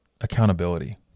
accountability